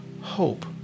hope